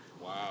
Wow